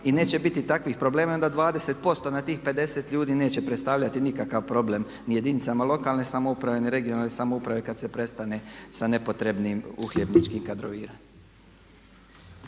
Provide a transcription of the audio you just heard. i neće biti takvih problema. I onda 20% na tih 50 ljudi neće predstavljati nikakav problem ni jedinicama lokalne samouprave ni regionalne samouprave kada se prestane sa nepotrebnim uhljebničkim kadroviranjem.